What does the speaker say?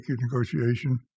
negotiation